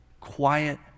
quiet